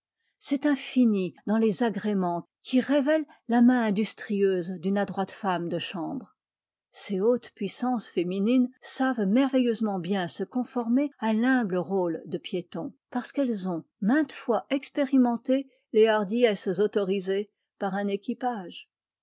c'est un fini dans les agréments qui révèle la main industrieuse d'une adroite femme de chambre ces hautes puissances féminines savent mereilleusement bien se conformer à l'humble rôle de piéton parce qu'elles ont maintes fois expérimenté les hardiesses autorisées par un équipage